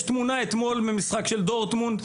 יש תמונה מאתמול ממשחק של דורטמונט.